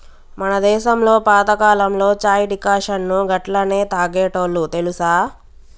మన దేసంలో పాతకాలంలో చాయ్ డికాషన్ను గట్లనే తాగేటోల్లు తెలుసా